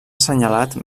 assenyalat